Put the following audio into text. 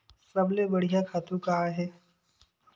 सबले बढ़िया खातु का हे?